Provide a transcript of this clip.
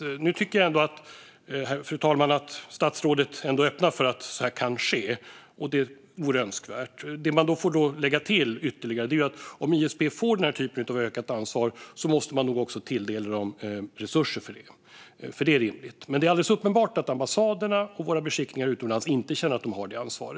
Fru talman! Statsrådet öppnar för att detta kan ske, vilket är önskvärt. Låt mig tillägga att om ISP får detta ökade ansvar måste ISP rimligtvis också tilldelas resurser för det. Det är uppenbart att våra ambassader och beskickningar utomlands inte känner att de har detta ansvar.